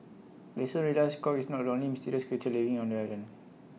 they soon realise Kong is not the only mysterious creature living on the island